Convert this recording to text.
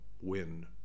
win